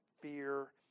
fear